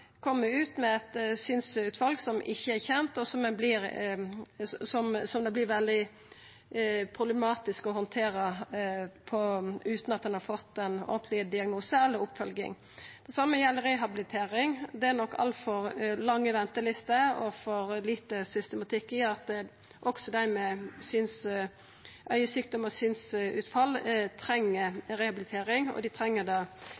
ut med eit synsutfall som ikkje er kjent, og som det vert veldig problematisk å handtera utan at ein har fått ein ordentleg diagnose eller oppfølging. Det same gjeld rehabilitering. Det er nok altfor lange ventelister og for lite systematikk i at også dei med augesjukdom og synsutfall treng rehabilitering. Dei kan fungera mykje betre i kvardagen dersom dei får det.